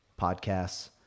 podcasts